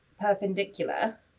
perpendicular